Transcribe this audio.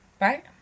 right